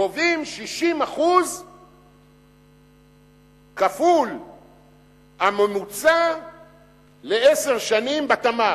קובעים 60% כפול הממוצע לעשר שנים בתמ"ג.